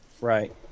Right